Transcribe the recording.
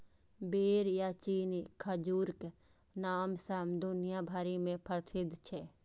बेर या चीनी खजूरक नाम सं दुनिया भरि मे प्रसिद्ध छै